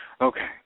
Okay